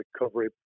recovery